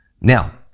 Now